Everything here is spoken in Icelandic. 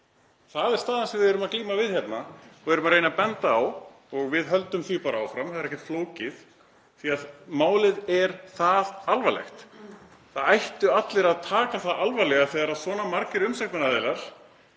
Það er staðan sem við erum að glíma við hérna og erum að reyna að benda á. Og við höldum því bara áfram, það er ekkert flókið því að málið er það alvarlegt. Það ættu allir að taka það alvarlega þegar svona margir umsagnaraðilar